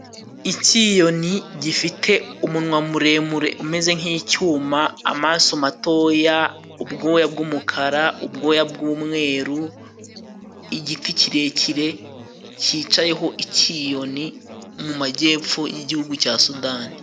Icyiyoni gifite umunwa muremure umeze nk'icyuma, amaso matoya, ubwoya bw'umukara, ubwoya bw'umweru, igiti kirekire cyicayeho icyiyoni mu majyepfo y'igihugu cya Sudani.